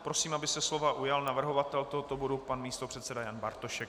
Prosím, aby se slova ujal navrhovatel tohoto bodu pan místopředseda Jan Bartošek.